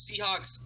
Seahawks